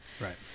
right